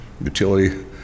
utility